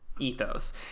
ethos